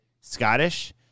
Scottish